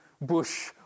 bush